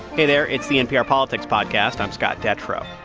hey there. it's the npr politics podcast. i'm scott detrow.